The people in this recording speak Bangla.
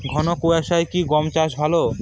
ঘন কোয়াশা কি গম চাষে ভালো?